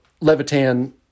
Levitan